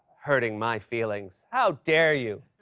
hurting my feelings. how dare you!